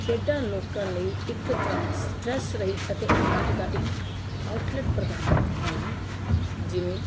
ਖੇਡਾਂ ਲੋਕਾਂ ਲਈ ਇੱਕ ਤਰ੍ਹਾਂ ਸਟਰੈੱਸ ਰਹਿਤ ਅਤੇ ਆਨੰਦ ਦਾ ਇੱਕ ਆਊਟਲੈੱਟ ਪ੍ਰਦਾਨ ਕਰਦੀਆਂ ਹਨ ਜਿਵੇਂ